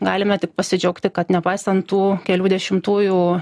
galime tik pasidžiaugti kad nepaisant tų kelių dešimtųjų